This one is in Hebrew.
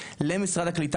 למשרד הקליטה,